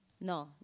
No